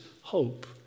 hope